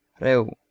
Reu